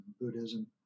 Buddhism